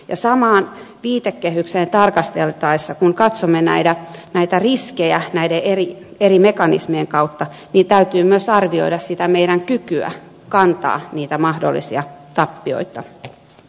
ja samaa viitekehystä tarkasteltaessa kun katsomme näitä riskejä näiden eri mekanismien kautta täytyy myös arvioida meidän kykyä kantaa niitä mahdollisia tappioita